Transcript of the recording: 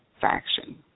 faction